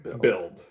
build